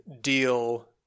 deal